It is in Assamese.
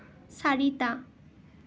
চাৰিটা